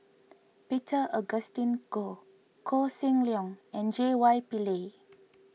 Peter Augustine Goh Koh Seng Leong and J Y Pillay